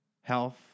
health